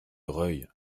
reuil